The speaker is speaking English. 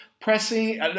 pressing